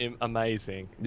Amazing